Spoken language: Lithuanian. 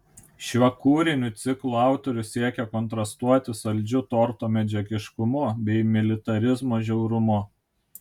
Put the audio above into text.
šiuo kūrinių ciklu autorius siekė kontrastuoti saldžiu torto medžiagiškumu bei militarizmo žiaurumu